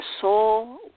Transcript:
soul